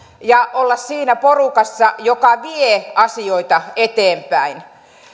ja olla siinä porukassa joka vie asioita eteenpäin